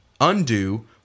undo